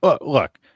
Look